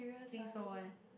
think so eh